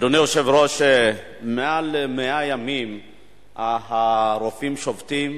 אדוני היושב-ראש, מעל 100 ימים הרופאים שובתים,